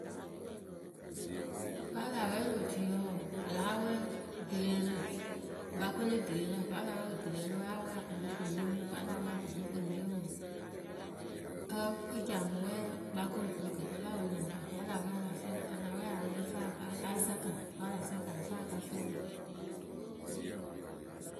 Vǝ́ a lah wɛ lö otuyǝ wǝǝ pɨ láa wɛɛ dɨreerǝ kɨkpakǝ we le dɨreerǝ vǝ́ a la wɛ dɨreerǝ we a wɛɛ akʊnɩkʊnɩyǝ we vǝ́ a la wɛɛ akʊnɩkʊnɩyǝ we wǝǝ, e ci amɨ wɛ kɨkpakǝ we ŋkɨŋkɨ kɨ la wɛlɛŋrǝ vǝ́ a la wɛ a la fɛɛlɩ a la wɛ a la lɛ ǝ fɨ a ka asaka, vǝ́ a la saka a la lɛ ǝ fɨ a fɛlɩ.